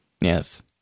Yes